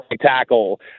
tackle